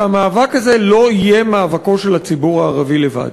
שהמאבק הזה לא יהיה מאבקו של הציבור הערבי לבד.